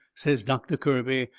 says doctor kirby,